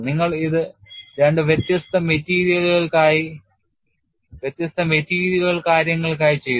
നിങ്ങൾ ഇത് രണ്ട് വ്യത്യസ്ത മെറ്റീരിയലുകൾ കാര്യങ്ങൾക്കായി ചെയ്തു